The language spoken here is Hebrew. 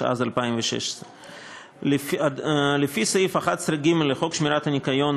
התשע"ז 2016. לפי סעיף 11ג לחוק שמירת הניקיון,